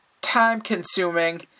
time-consuming